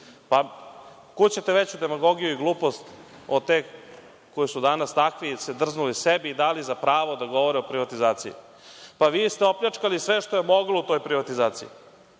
Pa kuda ćete veću demagogiju i glupost od te koju su danas takvi se drznuli sebi i dali za pravo da govore o privatizaciji? Pa vi ste opljačkali sve što je moglo u toj privatizaciji.